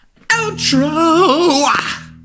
Outro